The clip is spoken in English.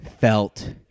felt